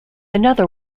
another